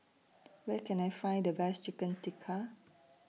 Where Can I Find The Best Chicken Tikka